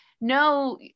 no